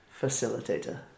facilitator